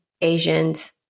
Asians